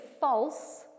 false